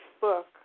book